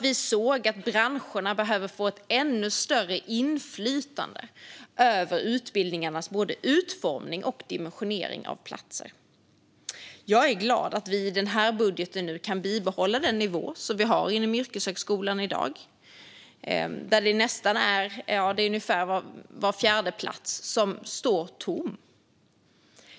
Vi såg att branscherna behöver få ett ännu större inflytande över utbildningarnas utformning och dimensioneringen i fråga om platser. Jag är glad över att vi i den här budgeten kan bibehålla dagens nivå inom yrkeshögskolan där nästan var fjärde plats står tom.